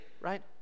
right